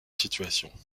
situation